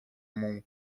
muł